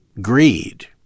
greed